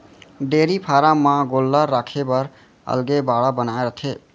dairy farm म गोल्लर राखे बर अलगे बाड़ा बनाए रथें